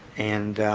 and